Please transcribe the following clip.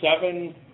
seven